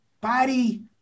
body